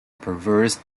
perverse